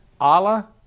Allah